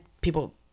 people